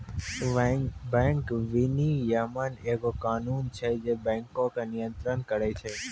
bank विनियमन एगो कानून छै जे बैंको के नियन्त्रण करै छै